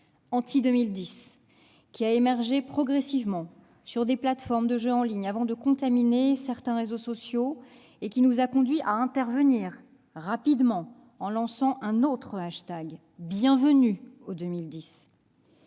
#Anti2010, qui a émergé progressivement sur des plateformes de jeux en ligne avant de contaminer certains réseaux sociaux, et qui nous a conduits à intervenir rapidement en lançant un autre hashtag : #BienvenueAux2010.